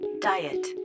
Diet